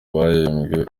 bahembwe